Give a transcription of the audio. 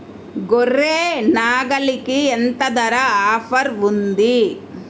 గొర్రె, నాగలికి ఎంత ధర ఆఫర్ ఉంది?